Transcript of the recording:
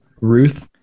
Ruth